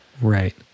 Right